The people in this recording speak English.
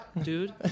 dude